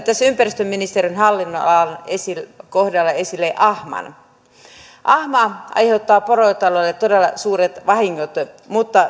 tässä ympäristöministeriön hallinnonalan kohdalla esille ahman ahma aiheuttaa porotaloudelle todella suuret vahingot mutta